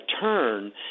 turn